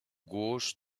gauche